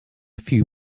few